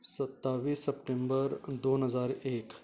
सत्तावीस सप्टेंबर दोन हजार एक